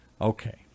Okay